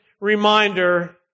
reminder